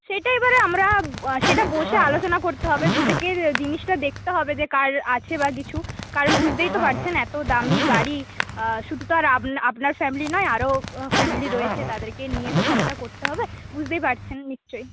সেইটা এবারে আমরা সেটা বসে আলোচনা করতে হবে দুদিকের জিনিসটা দেখতে হবে যে কার আছে বা কিছু কারণ বুঝতেই তো পারছেন এত দামি গাড়ি শুধু তো আর আপনার আপনার ফ্যামিলি নয় আরও ফ্যামিলি রয়েছে তাদেরকে নিয়ে তো সবটা করতে হবে বুঝতেই পারছেন নিশ্চয়ই